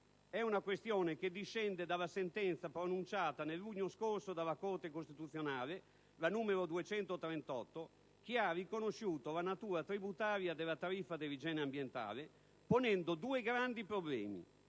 - com'è noto - discende da una sentenza pronunciata nel luglio scorso dalla Corte costituzionale, la n. 238, la quale ha riconosciuto la natura tributaria della tariffa dell'igiene ambientale, ponendo due grandi problemi.